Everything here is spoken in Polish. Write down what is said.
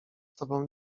tobą